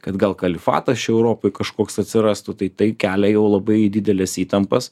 kad gal kalifatas čia europoj kažkoks atsirastų tai tai kelia jau labai dideles įtampas